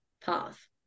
path